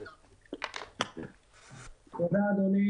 תודה, אדוני.